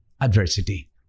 adversity